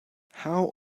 how